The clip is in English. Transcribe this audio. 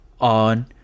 on